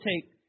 take